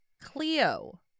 Cleo